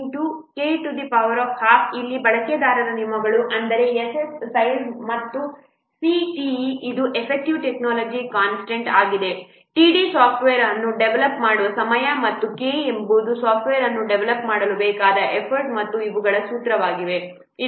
ಇಲ್ಲಿ ಬಳಕೆದಾರರ ನಿಯಮಗಳು ಅಂದರೆ S s ಸೈಜ್ ಮತ್ತು C te ಇದು ಎಫೆಕ್ಟಿವ್ ಟೆಕ್ನಾಲಜಿ ಕಾನ್ಸ್ಟಂಟ್ ಆಗಿದೆ td ಸಾಫ್ಟ್ವೇರ್ ಅನ್ನು ಡೆವಲಪ್ ಮಾಡುವ ಸಮಯ ಮತ್ತು K ಎಂಬುದು ಸಾಫ್ಟ್ವೇರ್ ಅನ್ನು ಡೆವಲಪ್ ಮಾಡಲು ಬೇಕಾದ ಎಫರ್ಟ್ ಮತ್ತು ಇವುಗಳು ಸೂತ್ರಗಳಾಗಿವೆ